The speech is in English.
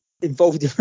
involved